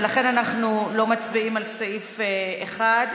ולכן אנחנו לא מצביעים על סעיף 1,